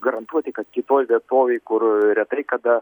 garantuoti kad kitoj vietovėj kur retai kada